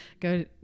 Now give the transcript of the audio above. Go